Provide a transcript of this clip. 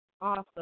awesome